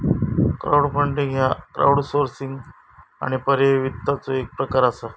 crowdfunding ह्य crowdsourcing आणि पर्यायी वित्ताचो एक प्रकार असा